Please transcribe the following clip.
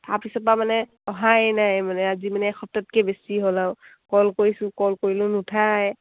তাৰপিছৰপৰা মানে অহাই নাই মানে আজি মানে এসপ্তাহতকৈ বেছি হ'ল আৰু কল কৰিছোঁ কল কৰিলেও নুঠায়